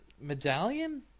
medallion